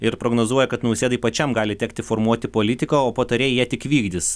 ir prognozuoja kad nausėdai pačiam gali tekti formuoti politiką o patarėjai jie tik vykdys